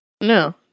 No